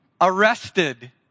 Arrested